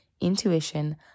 intuition